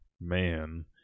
man